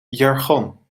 jargon